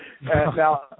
Now